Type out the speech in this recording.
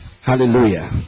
hallelujah